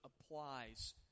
applies